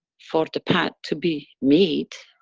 for the path to be made.